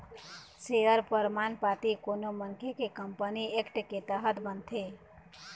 share परमान पाती कोनो मनखे के कंपनी एक्ट के तहत बनथे